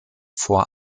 vor